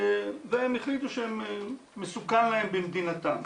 והם החליטו שמסוכן להם במדינתם.